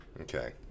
Okay